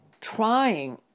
trying